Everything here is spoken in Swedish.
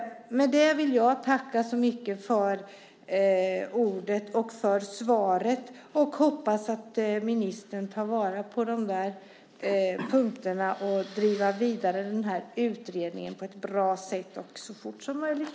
Med det vill jag tacka för ordet och för svaret. Jag hoppas att ministern tar vara på dessa punkter och driver den här utredningen vidare på ett bra sätt och så fort som möjligt.